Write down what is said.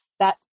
set